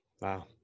Wow